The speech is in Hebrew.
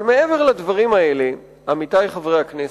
אבל מעבר לדברים האלה, עמיתי חברי הכנסת,